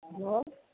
hello